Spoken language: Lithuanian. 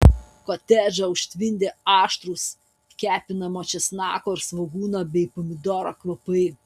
kotedžą užtvindė aštrūs kepinamo česnako ir svogūno bei pomidoro kvapai